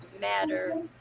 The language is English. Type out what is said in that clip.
matter